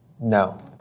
No